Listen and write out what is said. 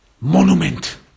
monument